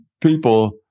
people